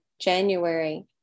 January